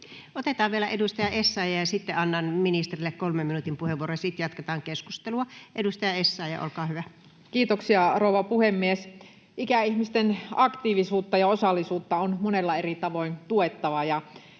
Otetaan vielä edustaja Essayah, sitten annan ministerille 3 minuutin puheenvuoron, ja sitten jatketaan keskustelua. — Edustaja Essayah, olkaa hyvä. Kiitoksia, rouva puhemies! Ikäihmisten aktiivisuutta ja osallisuutta on monella eri tavoin tuettava,